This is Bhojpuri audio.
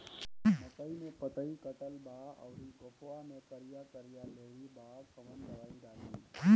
मकई में पतयी कटल बा अउरी गोफवा मैं करिया करिया लेढ़ी बा कवन दवाई डाली?